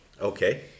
Okay